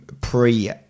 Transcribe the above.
pre